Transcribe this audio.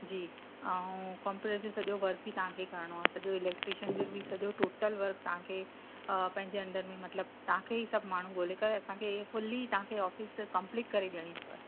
जी ऐं कंप्यूटर जो सॼो वर्क़ बि तव्हांखे करिणो आहे सॼो इलेक्ट्रीशिअन जो बि सॼो टोटल वर्क़ तव्हांखे पंहिंजे अंडर में तव्हांखे ई सभु माण्हू ॻोल्हे करे असांखे फुली ऑफ़िस कम्प्लीट करे ॾियणी अथव